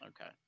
Okay